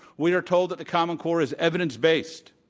we are told that the common core is evidence based.